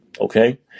Okay